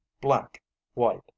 black-white